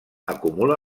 acumula